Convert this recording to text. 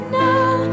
now